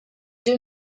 deux